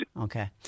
Okay